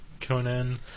Conan